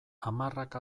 hamarrak